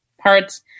parts